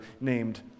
named